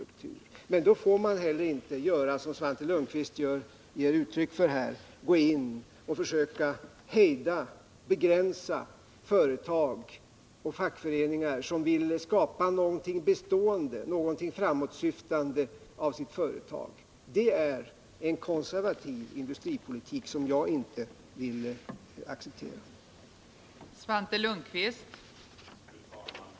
Men då 18 december 1979 får man heller inte göra som Svante Lundkvist ger uttryck för här, gå in och försöka hejda och begränsa företag och fackföreningar som vill skapa Om utvecklingen någonting bestående av sitt företag. Det är en konservativ industripolitik som — inom handelsståls jag inte vill acceptera. industrin, m.m.